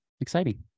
exciting